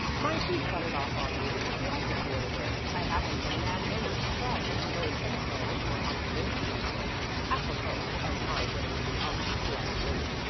my chief got it off on me at the office the other day. i happened in a mad moment to try to unload some of my original observations on him apropos of my getting to the office two hours late,